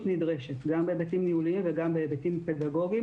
נדרשת גם בהיבטים ניהוליים וגם בהיבטים פדגוגיים.